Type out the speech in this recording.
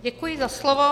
Děkuji za slovo.